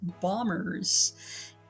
bombers